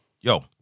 yo